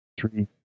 three